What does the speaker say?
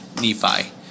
Nephi